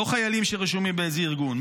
לא חיילים שרשומים באיזה ארגון,